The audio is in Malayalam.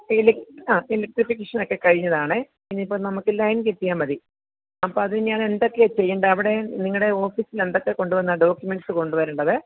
എലെക് ആ എലെക്ട്രിഫിക്കേഷനൊക്കെ കഴിഞ്ഞതാണ് ഇനിയിപ്പോൾ നമുക്ക് ലൈൻ കിട്ടിയാൽ മതി അപ്പം അത് ഞാൻ എന്തൊക്കെയാണ് ചെയ്യേണ്ടത് അവിടെ നിങ്ങളുടെ ഓഫീസിലെന്തക്കെ കൊണ്ടു വന്ന ഡോക്യൂമെൻസ് കൊണ്ട് വരേണ്ടത്